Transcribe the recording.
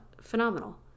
phenomenal